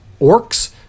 orcs